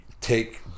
take